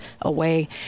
away